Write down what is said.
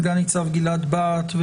סגן ניצב גלעד בהט,